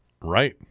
Right